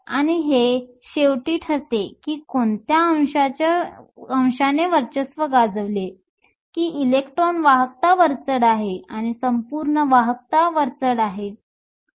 आणि हे शेवटी ठरते की कोणत्या अंशाने वर्चस्व गाजवले की इलेक्ट्रॉन वाहकता वरचढ आहे किंवा संपूर्ण वाहकता वरचढ आहे